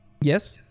Yes